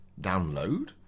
Download